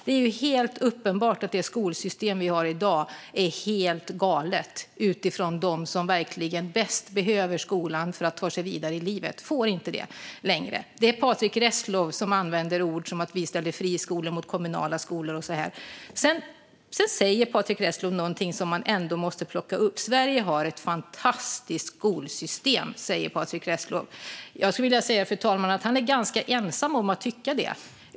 Det är helt uppenbart att det skolsystem vi har i dag är helt galet, utifrån att de som verkligen bäst behöver skolan för att ta sig vidare i livet inte längre får det de behöver. Det är Patrick Reslow som använder ord som att vi ställer friskolor mot kommunala skolor. Sedan säger Patrick Reslow något som man ändå måste plocka upp. Sverige har ett fantastiskt skolsystem, säger Patrick Reslow. Jag skulle vilja säga, fru talman, att han är ganska ensam om att tycka det.